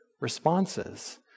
responses